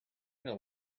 know